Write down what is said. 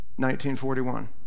1941